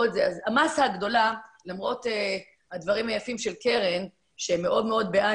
אז המסה הגדולה למרות הדברים היפים של קרן שהם מאוד מאוד בעד